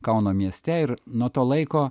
kauno mieste ir nuo to laiko